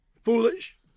Foolish